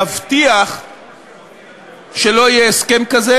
להבטיח שלא יהיה הסכם כזה,